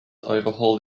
overhauled